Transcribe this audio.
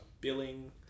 billing